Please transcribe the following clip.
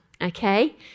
okay